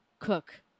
cook